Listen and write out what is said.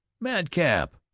madcap